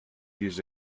his